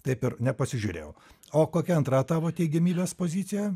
taip ir nepasižiūrėjau o kokia antra tavo teigiamybės pozicija